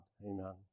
Amen